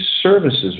services